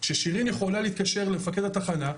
כששירין יכולה להתקשר למפקד התחנה,